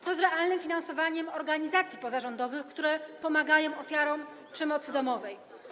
Co z realnym finansowaniem organizacji pozarządowych, które pomagają ofiarom przemocy domowej?